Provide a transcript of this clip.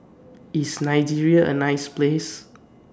IS Nigeria A nice Place